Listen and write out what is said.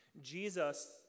Jesus